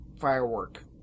firework